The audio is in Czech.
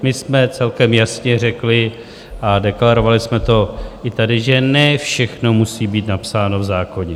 My jsme celkem jasně řekli, a deklarovali jsme to i tady, že ne všechno musí být napsáno v zákoně.